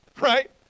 Right